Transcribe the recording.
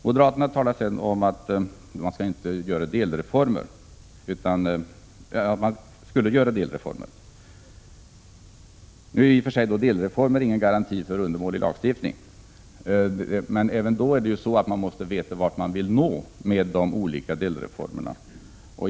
Moderaterna är kritiska mot att vi i ett sammanhang genomför en ny planoch bygglag och anser att det vore bättre med delreformer. Men delreformer är i sig ingen garanti mot undermålig lagstiftning. Och även då måste man veta vart man vill nå med delreformerna.